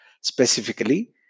Specifically